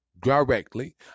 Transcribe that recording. directly